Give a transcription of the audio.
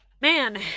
man